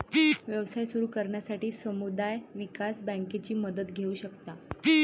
व्यवसाय सुरू करण्यासाठी समुदाय विकास बँकेची मदत घेऊ शकता